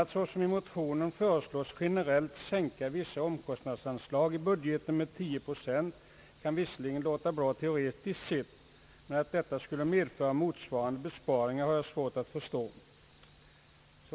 Att såsom i motionen föreslås generellt sänka vissa omkostnadsanslag i budgeten med 10 procent kan visserligen låta bra teoretiskt, men att detta skulle medföra motsvarande besparingar har jag svårt att förstå.